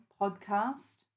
Podcast